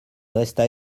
resta